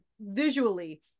visually